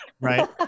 Right